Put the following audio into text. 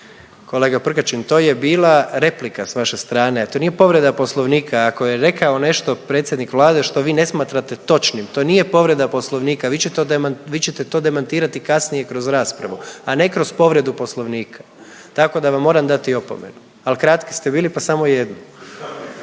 Kolega Prkačin, to je bila replika s vaše strane, a to nije povreda poslovnika. Ako je rekao nešto predsjednik Vlade što vi ne smatrate točnim, to nije povreda poslovnika, vi će… to deman…, vi ćete to demantirati kasnije kroz raspravu, a ne kroz povredu poslovnika, tako da vam moram dati opomenu, al kratki ste bili, pa samo jednu.